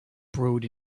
brewed